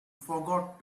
forgot